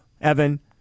Evan